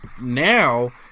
now